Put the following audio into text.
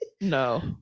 No